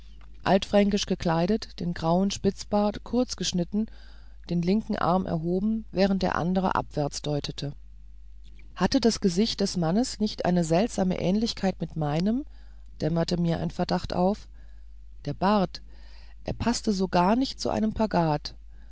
altfränkisch gekleidet den grauen spitzbart kurz geschnitten und den linken arm erhoben während der andere abwärts deutete hatte das gesicht des mannes nicht eine seltsame ähnlichkeit mit meinem dämmerte mir ein verdacht auf der bart er paßte so gar nicht zu einem